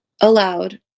aloud